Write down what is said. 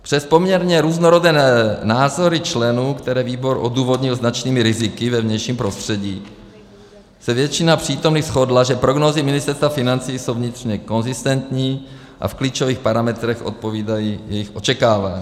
Přes poměrně různorodé názory členů, které výbor odůvodnil značnými riziky ve vnějším prostředí, se většina přítomných shodla, že prognózy Ministerstva financí jsou vnitřně konzistentní a v klíčových parametrech odpovídají jejich očekávání.